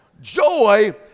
joy